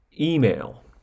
email